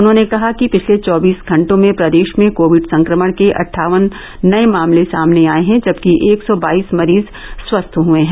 उन्होंने कहा कि पिछले चौबीस घंटे में प्रदेश में कोविड संक्रमण के अट्ठावन नए मामले सामने आए हैं जबकि एक सौ बाईस मरीज स्वस्थ हए हैं